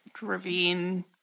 ravine